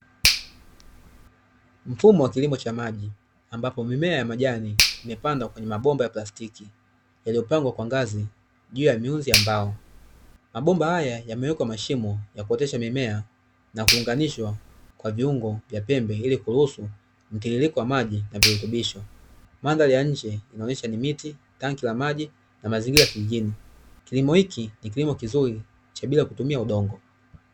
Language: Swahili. Mfumo wa kilimo cha maji, ambapo mimea ya majani imepanda kwenye mabomba ya plastiki, yaliyopangwa kwa ngazi juu ya mianzi ya mbao, mabomba haya yamewekwa mashimo ya kuotesha mimea na kuunganishwa kwa viungo vya pembe ili kuruhusu mtiririko wa maji na virutubisho, mandhari ya nje inaonyesha ni miti tanki la maji na mazingira ya kijijini kilimo hiki ni kilimo kizuri cha bila kutumia udongo.